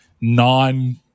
non